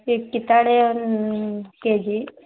sweet ಕಿತ್ತಳೆ ಒಂದು KG